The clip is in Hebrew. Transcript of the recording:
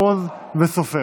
אבי מעוז ואופיר סופר.